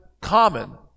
common